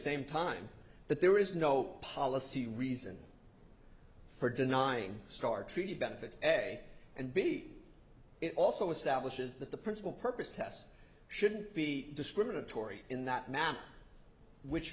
same time that there is no policy reason for denying start treaty benefits ebay and b it also establishes that the principle purpose test shouldn't be discriminatory in that manner which